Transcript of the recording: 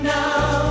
now